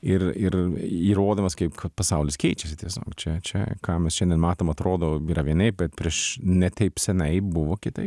ir ir įrodymas kaip pasaulis keičiasi tiesa čia čia ką mes šiandien matom atrodo yra vienaip bet prieš ne taip senai buvo kitaip